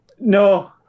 No